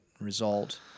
result